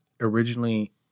originally